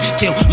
till